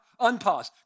unpause